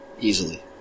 easily